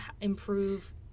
improve